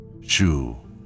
Shu